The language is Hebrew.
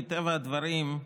מטבע הדברים,